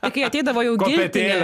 tai kai ateidavo jau giltinė